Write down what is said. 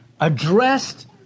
addressed